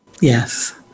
Yes